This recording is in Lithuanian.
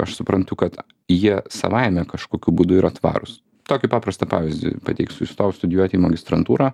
aš suprantu kad jie savaime kažkokiu būdu yra tvarūs tokį paprastą pavyzdį pateiksiu įstojau studijuot į magistrantūrą